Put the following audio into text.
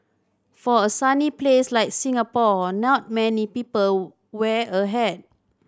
for a sunny place like Singapore not many people wear a hat